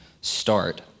start